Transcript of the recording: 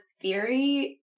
theory